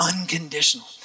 unconditional